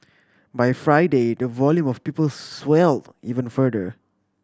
by Friday the volume of people swell even further